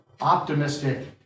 optimistic